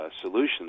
solutions